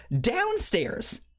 downstairs